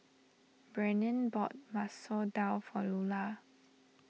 Brennen bought Masoor Dal for Lular